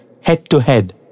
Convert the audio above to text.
head-to-head